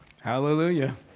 Hallelujah